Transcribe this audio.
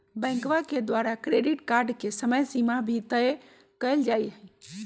बैंकवा के द्वारा क्रेडिट कार्ड के समयसीमा भी तय कइल जाहई